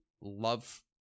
love